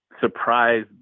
surprise